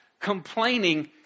complaining